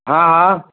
हा हा